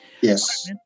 Yes